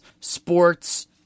Sports